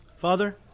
Father